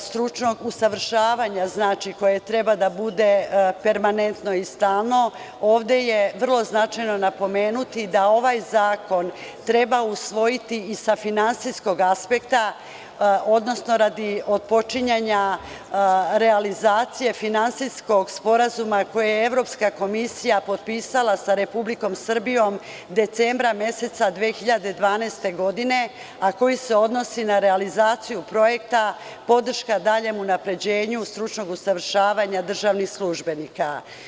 Osim stručnog usavršavanja koje treba da bude permanentno i stalno, ovde je vrlo značajno napomenuti da ovaj zakon treba usvojiti i sa finansijskog aspekta, odnosno radi otpočinjanja realizacije Finansijskog sporazuma, koji je Evropska komisija potpisala sa Republikom Srbijom decembra meseca 2012. godine, a koji se odnosi na realizaciju projekta – Podrška daljem unapređenju stručnog usavršavanja državnih službenika.